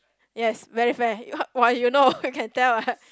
yes very fair you know you can tell ah